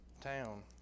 town